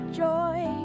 joy